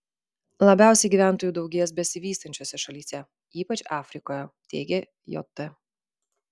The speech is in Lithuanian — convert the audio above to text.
labiausiai gyventojų daugės besivystančiose šalyse ypač afrikoje teigia jt